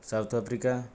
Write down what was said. South Africa